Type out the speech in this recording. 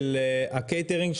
של הקייטרינג,